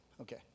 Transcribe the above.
Okay